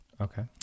Okay